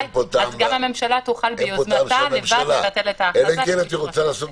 בכנסת בהקדם האפשרי ולכל המאוחר עד תום 7